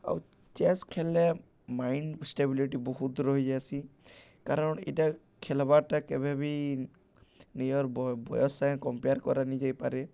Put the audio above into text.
ଆଉ ଚେସ୍ ଖେଲ୍ଲେ mind stability ବହୁତ୍ ରହିଯାଏସି କାରଣ୍ ଇଟା ଖେଲ୍ବାର୍ଟା କେବେ ବିି ନିଜର୍ ବୟସ୍ ସାଙ୍ଗେ କମ୍ପେୟାର୍ କରାନିଯାଇପାରେ